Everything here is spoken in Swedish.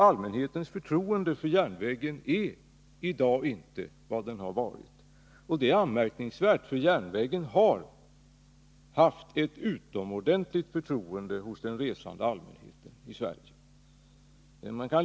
Allmänhetens förtroende för järnvägen är i dag inte vad det har varit, och det är anmärkningsvärt, för järnvägen har haft ett utomordentligt stort förtroende hos den resande allmänheten i Sverige.